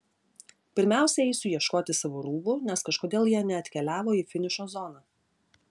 pirmiausia eisiu ieškoti savo rūbų nes kažkodėl jie neatkeliavo į finišo zoną